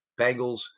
Bengals